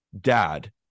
dad